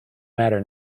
matter